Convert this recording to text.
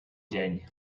dzień